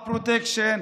הפרוטקשן,